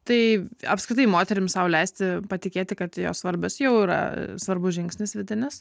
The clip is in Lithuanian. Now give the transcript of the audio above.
tai apskritai moterims sau leisti patikėti kad jos svarbios jau yra svarbus žingsnis vidinis